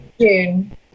June